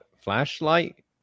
flashlight